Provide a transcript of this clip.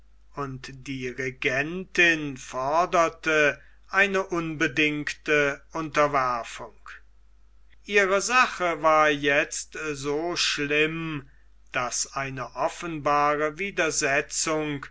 und die regentin forderte eine unbedingte unterwerfung ihre sache war jetzt so schlimm daß eine offenbare widersetzung